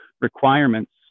requirements